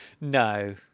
No